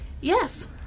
Yes